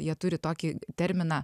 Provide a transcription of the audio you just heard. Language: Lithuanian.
jie turi tokį terminą